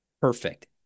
perfect